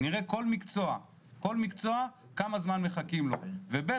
נראה כל מקצוע כמה זמן מחכים לו, וב.